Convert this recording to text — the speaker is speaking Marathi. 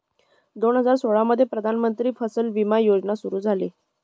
दोन हजार सोळामध्ये प्रधानमंत्री फसल विमा योजना सुरू झाली